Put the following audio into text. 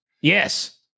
Yes